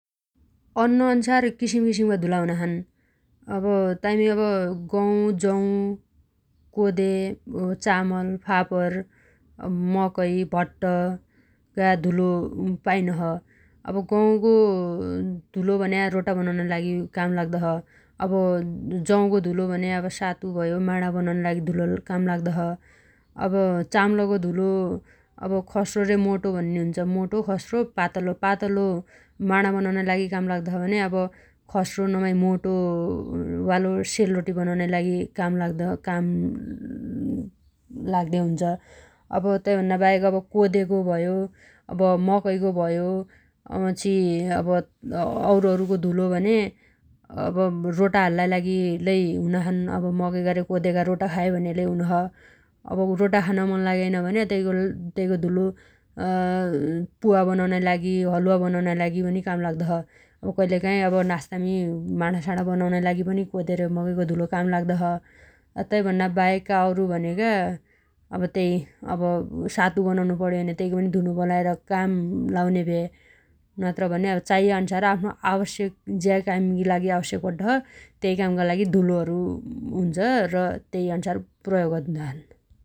अन्न अन्सार किसिमकिसिमगा धुला हुनाछन् । अब ताइमी गौ, जौ, कोदे, चामल, फापर, मकै, भट्टगा धुलो पाइनो छ । अब गौगो धुलो भन्या रोटा बनाउनाइ लागि काम लाग्दो छ । अब जौगो धुलो भन्या अब सातु भयो माणा बनाउनाइ लागि धुलो काम लाग्दो छ । अब चाम्लगो धुलो अब खस्रो रे मोटो भन्ने हुन्छ । माटो, खस्रो, पातलो । पातलो अब माणा बनाउनाइ लागि काम लाग्दो छ भने अब खस्रो नमाइ मोटोवालो सेल रोटी बनाउनाइ लागि काम लाग्दो छ काम लाग्दे हुन्छ । अब तैभन्नाबाहेक अब कोदेगो भयो अब मकैगो भयो वपछी अब औरु औरुगो धुलो भने अब रोटा हाल्लाइ लागि लै हुनाछन् । अब मकैगा रे कोदेगा रोटा खायो भनेलै हुनो छ । अब रोटा खान मन लागेइन भने तैगो धुलो पुवा बनाउनाइ लागि हलुवा बनाउनाइ लागि पनि काम लाग्दो छ । अब कइलकाइ अब नास्तामी माणा साणा बनाउनाइ लागि पनि कोदे रे मकैगो धुलो काम लाग्दो छ । तैभन्ना बाहेकका औरु भनेगा अब त्यइ अब सातु बनाउनु पण्यो भने तैगी धुलो बनाएर काम लाउन्या भ्या । नत्रभने अब चाइयाअन्सार आफ्नो आवश्यकता अनुसार जे कामगी लागि आवश्यक पड्डोछ तै कामगा लागि धुलोहरु हुन्छ र त्यैअन्सार प्रयोग अद्दाछन् ।